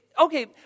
okay